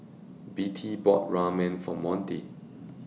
Bettie bought Ramen For Monty